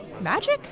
Magic